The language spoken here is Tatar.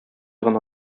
гына